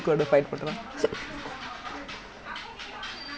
சும்மா சண்ட போடுறான்:summaa sanda poduraan chesukku body பண்ணா:pannaa fly lah